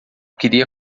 queria